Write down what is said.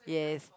yes